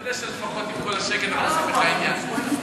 תודה שלפחות עם כל השקט עשיתי לך עניין.